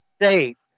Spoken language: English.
State